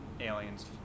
aliens